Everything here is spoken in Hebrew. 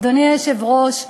אדוני היושב-ראש,